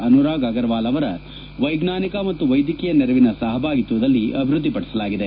Anurag Agarwal ಅವರ ವೈಜ್ಞಾನಿಕ ಮತ್ತು ವೈದ್ಯಕೀಯ ನೆರವಿನ ಸಹಭಾಗಿತ್ವದಲ್ಲಿ ಅಭಿವ್ಬದ್ದಿಪಡಿಸಲಾಗಿದೆ